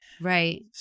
Right